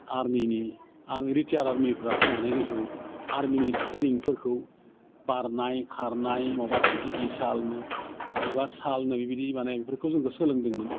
आरमिनि आरमि रिटायार आरमिफ्रा फैनानै जोंखौ आरमिनि ट्रेनिंफोरखौ बारनाय खारनाय माबा सिटि गिसालनो माहायबा सालनो बेबायदि माने बेफोरखौ जोंखौ सोलोंदोंमोन